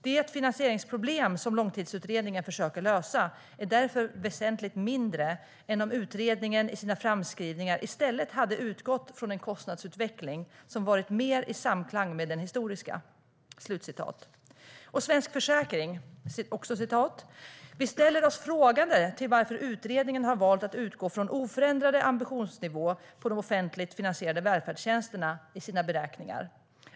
Det finansieringsproblem som långtidsutredningen försöker lösa är därför väsentligt mindre än om utredningen i sina framskrivningar i stället hade utgått från en kostnadsutveckling som varit mer i samklang med den historiska." Svensk Försäkring skriver: "Vi ställer oss frågande till varför utredningen har valt att utgå från oförändrad ambitionsnivå på de offentligt finansierade välfärdstjänsterna i sina beräkningar.